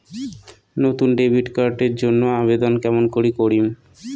নতুন debit card এর জন্যে আবেদন কেমন করি করিম?